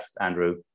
Andrew